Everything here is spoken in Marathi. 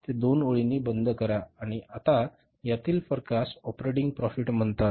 हे दोन ओळींनी बंद करा आणि आता यातील फरकास ऑपरेटिंग नफा म्हणतात